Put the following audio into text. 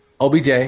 Obj